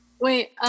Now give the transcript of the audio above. Wait